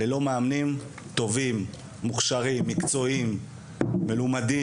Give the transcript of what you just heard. ללא מאמנים טובים, מוכשרים, מקצועיים ומלומדים,